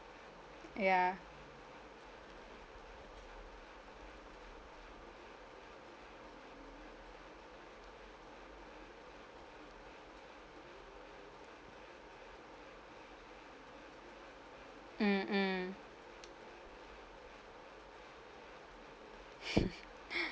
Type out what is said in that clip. ya mm mm